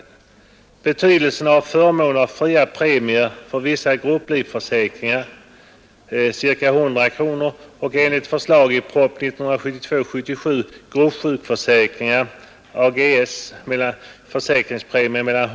Betydelsen av att förmån av fria premier för vissa grupplivförsäkringar och — enligt förslag i prop. 1972:77 — gruppsjukförsäkringar, AGS,